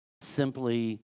simply